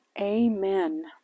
Amen